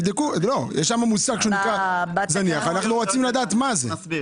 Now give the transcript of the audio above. שהמחלוקות שעלו הן דברים שהם פתירים,